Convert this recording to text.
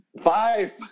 Five